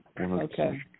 Okay